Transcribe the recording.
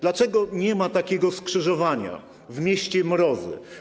Dlaczego nie ma takiego skrzyżowania w mieście Mrozy?